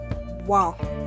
wow